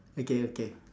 okay okay